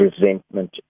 resentment